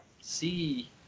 See